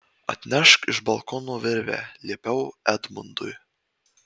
atnešk iš balkono virvę liepiau edmundui